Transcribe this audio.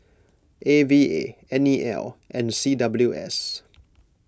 A V A N E L and C W S